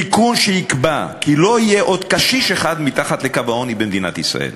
זה תיקון שיקבע כי לא יהיה עוד קשיש אחד מתחת לקו העוני במדינת ישראל.